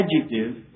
adjective